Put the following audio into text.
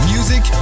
Music